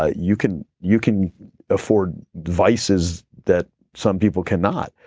ah you can you can afford vices that some people cannot.